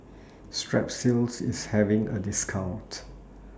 Strepsils IS having A discount